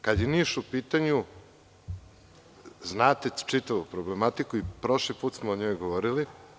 Kada je Niš u pitanju znate čitavu problematiku i prošli put smo o njoj govorili.